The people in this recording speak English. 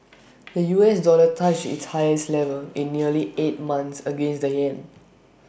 the U S dollar touched its highest level in nearly eight months against the Yen